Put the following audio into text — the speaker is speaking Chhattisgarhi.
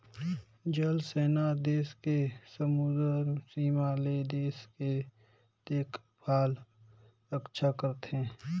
जल सेना हर देस के समुदरर सीमा ले देश के देखभाल रक्छा करथे